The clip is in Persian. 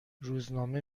روزنامه